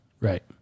Right